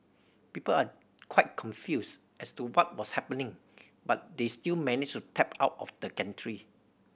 people are quite confused as to what was happening but they still managed to tap out of the gantry